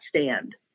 stand